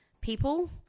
people